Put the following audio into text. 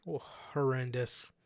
Horrendous